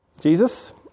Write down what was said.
Jesus